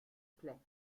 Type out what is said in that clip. plaies